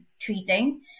treating